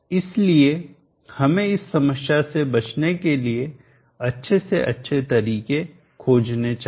इसलिए हमें इस समस्या से बचने के लिए अच्छे से अच्छे तरीके खोजने चाहिए